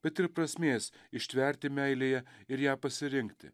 bet ir prasmės ištverti meilėje ir ją pasirinkti